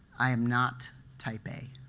i am not type a.